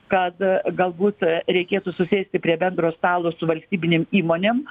kad galbūt reikėtų susėsti prie bendro stalo su valstybinėm įmonėm